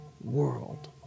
world